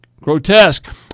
Grotesque